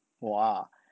我啊